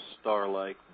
star-like